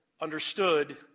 understood